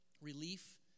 relief